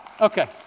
Okay